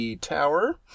Tower